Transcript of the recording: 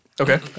Okay